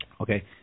Okay